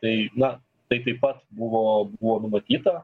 tai na tai taip pat buvo buvo numatyta